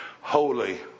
holy